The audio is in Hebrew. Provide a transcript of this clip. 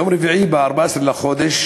ביום רביעי 14 בחודש